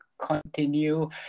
continue